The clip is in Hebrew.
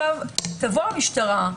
תבוא המשטרה,